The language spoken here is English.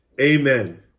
Amen